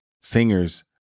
singers